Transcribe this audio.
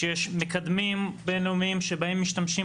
שיש מקדמים בין-לאומיים שבהם משתמשים